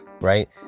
right